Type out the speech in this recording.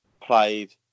played